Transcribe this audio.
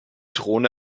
drohne